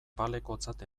balekotzat